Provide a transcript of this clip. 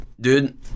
Dude